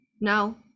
now